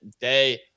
day